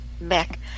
back